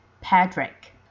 Patrick